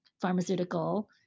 pharmaceutical